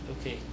okay